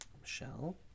Michelle